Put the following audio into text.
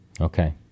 Okay